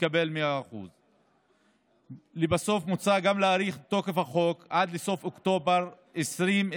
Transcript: יקבל 100%. לבסוף מוצע גם להאריך את תוקף החוק עד לסוף אוקטובר 2021,